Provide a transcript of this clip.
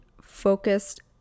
focused